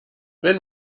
wenn